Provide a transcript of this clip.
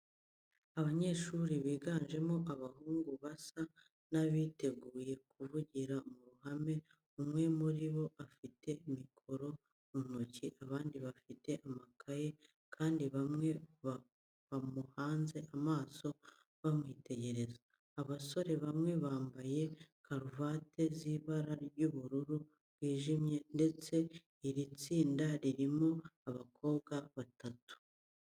Abanyeshuri biganjemo abahungu basa n'abiteguye kuvugira mu ruhame, umwe muri bo afike mikoro mu ntoki, abandi bafite amakaye kandi bamwe bamuhanze amaso bamwitegereza. Abasore bamwe bamabye karuvati z'ibara ry'ubururu bwijime ndetse iri tsinda ririmo abakobwa batatu.